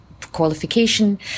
qualification